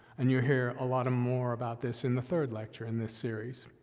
and you'll hear a lot more about this in the third lecture in this series.